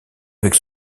avec